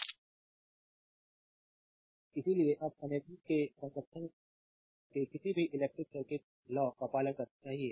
slide time देखें 1922 इसलिए अब एनर्जी के संरक्षण के किसी भी इलेक्ट्रिक सर्किट लॉ का पालन करना चाहिए